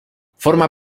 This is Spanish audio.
forma